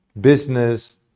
business